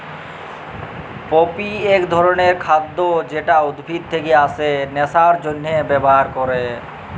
poppy এক ধরণের খাদ্য যেটা উদ্ভিদ থেকে আসে নেশার জন্হে ব্যবহার ক্যরে